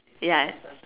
ya